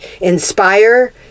inspire